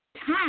Time